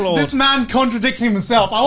this man contradicts himself!